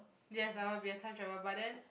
yes I want to be a time travel but then